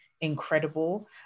incredible